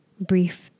brief